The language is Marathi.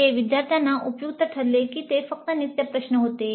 ते विद्यार्थ्यांना उपयुक्त ठरले की ते फक्त नित्य प्रश्न होते